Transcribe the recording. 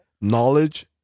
knowledge